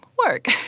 Work